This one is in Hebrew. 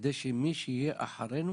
כדי שמי שיהיה אחרינו